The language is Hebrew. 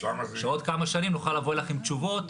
שעוד כמה שנים נוכל לבוא אלייך עם תשובות